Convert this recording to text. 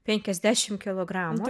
penkiasdešim kilogramų